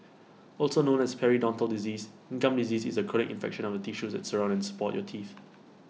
also known as periodontal disease gum disease is A chronic infection of the tissues that surround and support your teeth